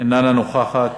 אינה נוכחת,